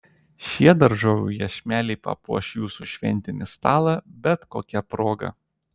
šie daržovių iešmeliai papuoš jūsų šventinį stalą bet kokia proga